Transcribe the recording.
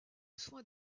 soin